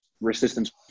resistance